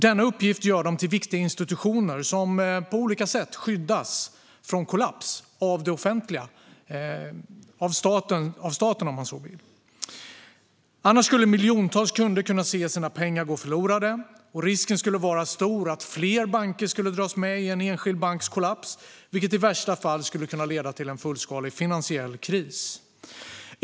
Denna uppgift gör dem till viktiga institutioner som på olika sätt skyddas från kollaps av det offentliga - av staten om man så vill. Annars skulle det finnas risk att miljontals kunder fick se sina pengar förlorade. Risken skulle också vara stor att fler banker drogs med i en enskild banks kollaps, vilket i värsta fall skulle kunna leda till en fullskalig finansiell kris.